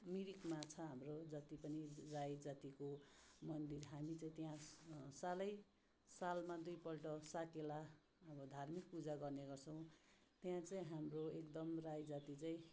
मिरिकमा छ हाम्रो जति पनि राई जातिको मन्दिर हामी चाहिँ त्यहाँ सालै सालमा दुईपल्ट साकेला अब धार्मिक पूजा गर्ने गर्छौँ त्यहाँ चाहिँ हाम्रो एकदम राई जाति चाहिँ